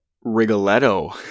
Rigoletto